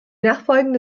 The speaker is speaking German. nachfolgende